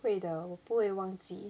会的我不会忘记